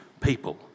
people